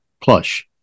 plush